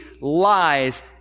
lies